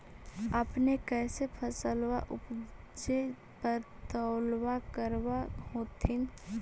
अपने कैसे फसलबा उपजे पर तौलबा करबा होत्थिन?